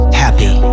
happy